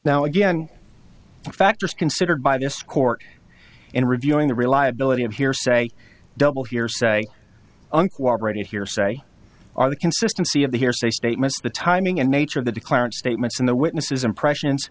now again factors considered by this court in reviewing the reliability of hearsay double hearsay unquote ready hearsay are the consistency of the hearsay statements the timing and nature of the declarant statements and the witnesses impressions